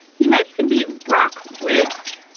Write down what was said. he might even be rock ribbed,